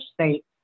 state